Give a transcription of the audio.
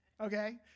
Okay